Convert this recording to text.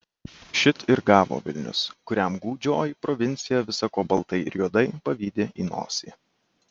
šit ir gavo vilnius kuriam gūdžioji provincija visa ko baltai ir juodai pavydi į nosį